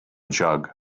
jug